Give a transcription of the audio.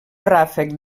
ràfec